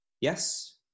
Yes